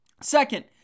Second